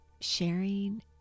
sharing